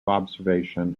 observation